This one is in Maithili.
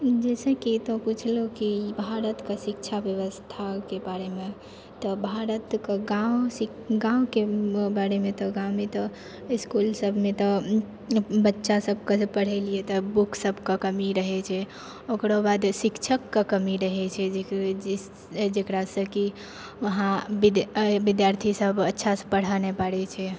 जैसे कि तौं पुछलो की भारतके शिक्षा व्यवस्थाके बारेमे तऽ भारतके गाँव गाँवके बारेमे तऽ गाँवमे तऽ इसकुल सबमे तऽ बच्चा सबके पढ़ै लिए तऽ बुक सबके कमी रहै छै ओकरोबाद शिक्षकके कमी रहै छै जकरासँ की वहाँ विद्यार्थी सब अच्छासँ पढ़ाए नहि पाबै छै